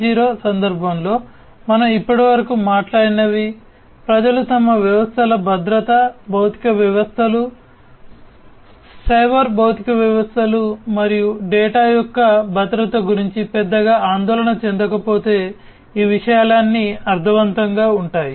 0 సందర్భంలో మనం ఇప్పటివరకు మాట్లాడినవి ప్రజలు తమ వ్యవస్థల భద్రత భౌతిక వ్యవస్థలు సైబర్ భౌతిక వ్యవస్థలు మరియు డేటా యొక్క భద్రత గురించి పెద్దగా ఆందోళన చెందకపోతే ఈ విషయాలన్నీ అర్ధవంతంగా ఉంటాయి